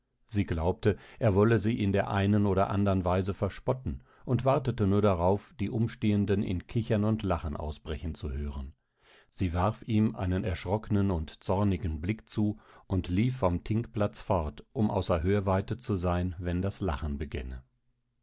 sie glaubte er wolle sie in der einen oder andern weise verspotten und wartete nur darauf die umstehenden in kichern und lachen ausbrechen zu hören sie warf ihm einen erschrocknen und zornigen blick zu und lief vom thingplatz fort um außer hörweite zu sein wenn das lachen begänne